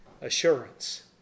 assurance